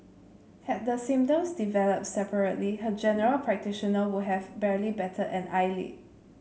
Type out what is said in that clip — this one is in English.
had the symptoms developed separately her general practitioner would have barely batted an eyelid